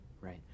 right